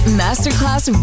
masterclass